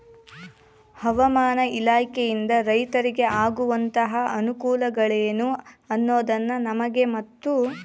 ಹವಾಮಾನ ಇಲಾಖೆಯಿಂದ ರೈತರಿಗೆ ಆಗುವಂತಹ ಅನುಕೂಲಗಳೇನು ಅನ್ನೋದನ್ನ ನಮಗೆ ಮತ್ತು?